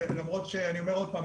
למרות שאני אומר עוד פעם,